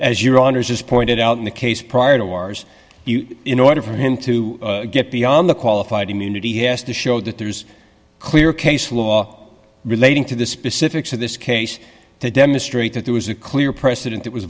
as your honour's just pointed out in the case prior to wars in order for him to get beyond the qualified immunity he has to show that there's a clear case law relating to the specifics of this case to demonstrate that there was a clear precedent that was